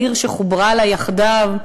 העיר שחוברה לה יחדיו.